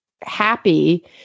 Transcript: happy